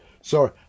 Sorry